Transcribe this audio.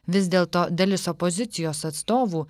vis dėlto dalis opozicijos atstovų